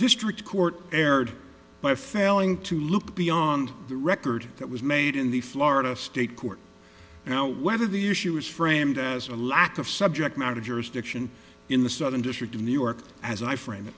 district court erred by failing to look beyond the record that was made in the florida state court now whether the issue was framed as a lack of subject matter jurisdiction in the southern district of new york as i fr